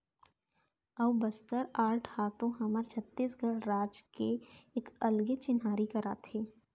अऊ बस्तर आर्ट ह तो हमर छत्तीसगढ़ राज के एक अलगे चिन्हारी कराथे